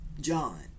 John